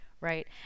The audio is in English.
Right